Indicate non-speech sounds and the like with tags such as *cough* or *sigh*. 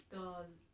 *noise*